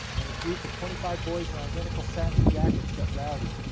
when a group of twenty five boys in identical satin jackets got rowdy.